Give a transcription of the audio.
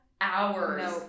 Hours